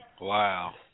Wow